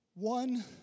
One